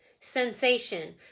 sensation